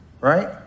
right